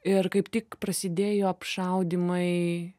ir kaip tik prasidėjo apšaudymai